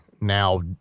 now